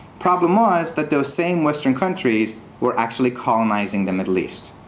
problem was, that those same western countries were actually colonizing the middle east.